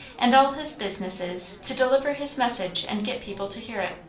and all his business is to deliver his message and get people to hear it.